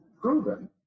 proven